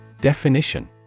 Definition